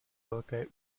velké